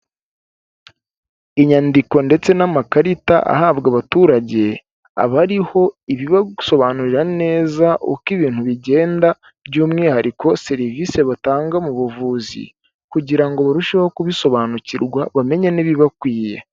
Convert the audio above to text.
Inyandiko ndetse n'amakarita ahabwa abaturage, aba ariho ibibasobanurira neza uko ibintu bigenda by'umwihariko serivisi batanga mu buvuzi, kugira ngo barusheho kubisobanukirwa bamenye n'ibibakwiye.